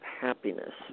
happiness